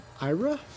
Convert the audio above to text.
Ira